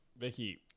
Vicky